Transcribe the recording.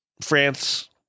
France